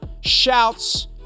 shouts